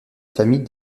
famille